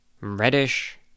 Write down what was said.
reddish